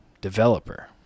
developer